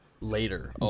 later